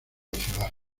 ciudad